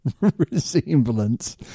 resemblance